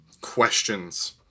questions